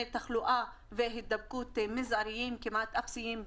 תחלואה והידבקות מזעריים וכמעט אפסיים.